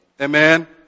Amen